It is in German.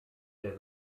der